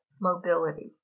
mobility